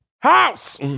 house